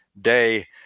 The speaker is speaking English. day